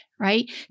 Right